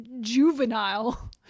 juvenile